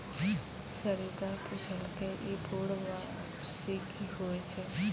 सरिता पुछलकै ई पूर्ण वापसी कि होय छै?